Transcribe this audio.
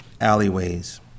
Alleyways